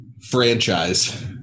franchise